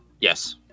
Yes